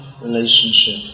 relationship